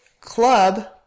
club